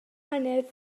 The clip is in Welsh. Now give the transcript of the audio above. gwahaniaeth